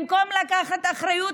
במקום לקחת אחריות,